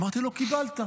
אמרתי לו: קיבלת.